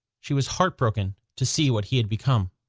she was heartbroken to see what he'd become,